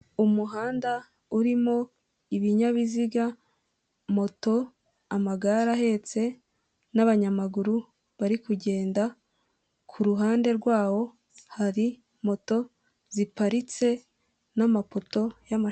Umuhanda urimo ibinyabiziga, moto, amagare ahetse n'abanyamaguru bari kugenda ku ruhande rwawo hari moto ziparitse n'amapoto y'ama...